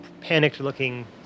panicked-looking